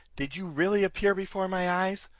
did you really appear before my eyes,